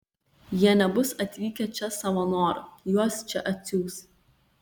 jie nebus atvykę čia savo noru juos čia atsiųs